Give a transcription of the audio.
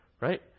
right